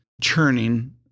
churning